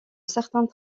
certains